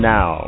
Now